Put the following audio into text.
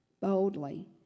boldly